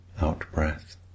Out-breath